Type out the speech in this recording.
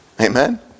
Amen